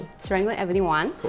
serangoon avenue one,